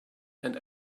and